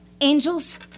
Angels